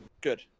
Good